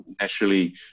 naturally